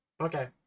Okay